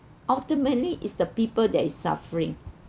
ultimately it's the people that is suffering